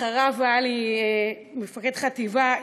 אחריו היה לי מפקד חטיבה,